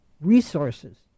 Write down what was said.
resources